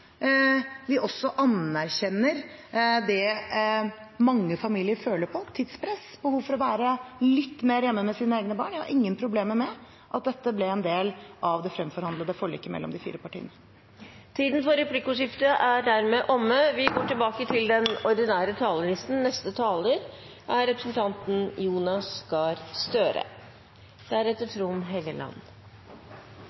vi også anerkjenner det mange familier føler på: tidspress og behovet for å være litt mer hjemme med sine egne barn. Jeg har ingen problemer med at dette ble en del av det fremforhandlede forliket mellom de fire partiene. Replikkordskiftet er omme.